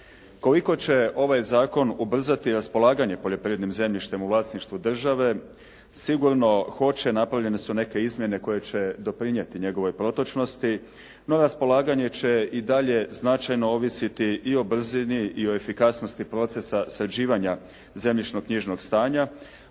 Koliko će ovaj zakon ubrzati raspolaganje poljoprivrednim zemljištem u vlasništvu države sigurno hoće, napravljene su neke izmjene koje će doprinijeti njegovoj protočnosti no raspolaganje će i dalje značajno ovisiti i o brzini i o efikasnosti procesa sređivanja zemljišno-knjižnog stanja